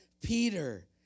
Peter